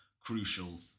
crucial